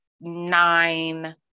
nine